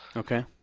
okay.